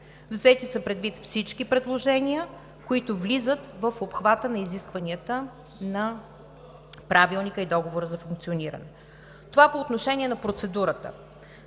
Взети са предвид всички предложения, които влизат в обхвата на изискванията на Правилника и Договора за функциониране. Това е по отношение на процедурата.